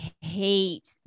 hate